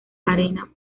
arena